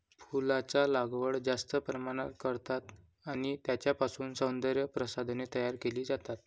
फुलांचा लागवड जास्त प्रमाणात करतात आणि त्यांच्यापासून सौंदर्य प्रसाधने तयार केली जातात